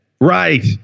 right